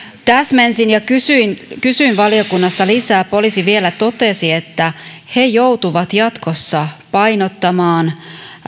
täsmensin ja kysyin kysyin valiokunnassa lisää poliisi vielä totesi että he joutuvat jatkossa painottamaan